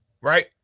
Right